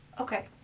Okay